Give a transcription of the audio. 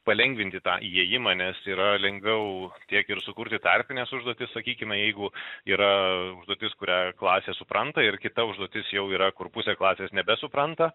palengvinti tą įėjimą nes yra lengviau tiek ir sukurti tarpines užduotis sakykime jeigu yra užduotis kurią klasė supranta ir kita užduotis jau yra kur pusė klasės nebesupranta